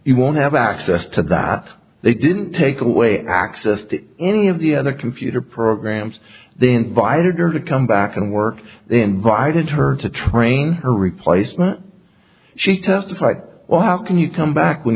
you won't have access to that they didn't take away access to any of the other computer programs then invited her to come back and work then bided her to train her replacement she testified well how can you come back when